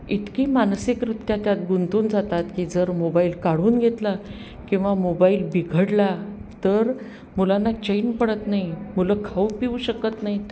इतकी मानसिकरित्या त्यात गुंतून जातात की जर मोबाईल काढून घेतला किंवा मोबाईल बिघडला तर मुलांना चैन पडत नाही मुलं खाऊ पिऊ शकत नाही आहेत